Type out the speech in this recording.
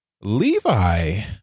Levi